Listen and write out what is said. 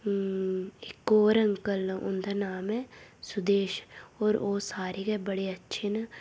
इक होर अंकल न उन्दा नाम ऐ सुदेश होर ओह् सारे गै बड़े अच्छे न